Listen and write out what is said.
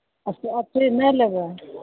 अथी अथी नहि लेबै